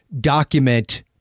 document